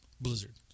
Blizzard